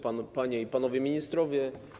Panie i Panowie Ministrowie!